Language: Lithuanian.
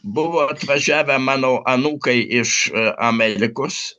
buvo atvažiavę mano anūkai iš amerikos